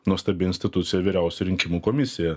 nuostabi institucija vyriausioji rinkimų komisija